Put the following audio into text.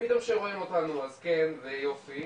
אפילו שרואים אותנו אז כן ויופי